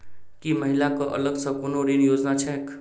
की महिला कऽ अलग सँ कोनो ऋण योजना छैक?